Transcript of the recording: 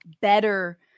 better